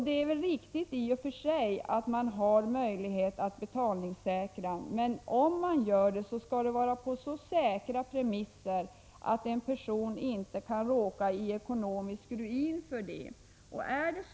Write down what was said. Det är i och för sig riktigt att man har möjlighet att betalningssäkra, men om man gör det skall det vara på så säkra premisser att en person inte kan råka i ekonomisk ruin på grund av det.